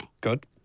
Good